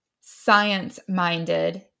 science-minded